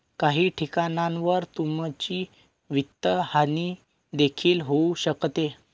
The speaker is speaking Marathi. काही ठिकाणांवर तुमची वित्तहानी देखील होऊ शकते